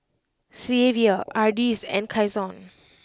Xzavier Ardis and Kyson